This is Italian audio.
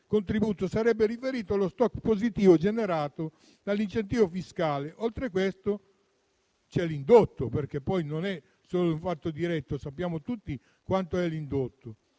sarebbe riferito allo *stock* positivo generato dall'incentivo fiscale. Oltre questo c'è l'indotto, perché poi non si tratta solo di un fatto diretto; sappiamo tutti quanto sia